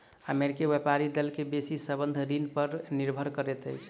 अमेरिकी व्यापारी दल के बेसी संबंद्ध ऋण पर निर्भर करैत अछि